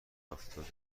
هفتاد